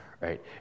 right